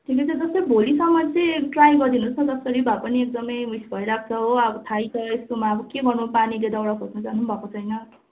ठिकै छ जस्तै भोलिसम्म चाहिँ ट्राई गरिदिनोस् न जसरी भए पनि एकदमै उइस भइरहेको छ हो अब थाहै छ यस्तोमा अब के गर्नु पानीले दाउरा खोज्नु जानु पनि भएको छैन